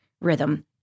rhythm